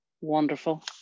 wonderful